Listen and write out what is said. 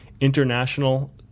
International